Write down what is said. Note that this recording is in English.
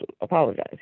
apologize